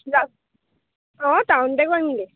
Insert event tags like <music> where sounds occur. <unintelligible> অঁ টাউনতে কৰিমগৈ